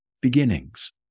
beginnings